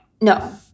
No